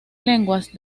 lenguas